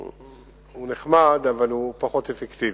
הוא נחמד, אבל פחות אפקטיבי.